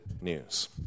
news